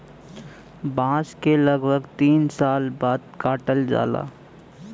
बांस के लगभग तीन साल बाद काटल जाला